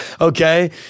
okay